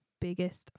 biggest